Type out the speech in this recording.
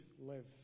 live